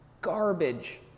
garbage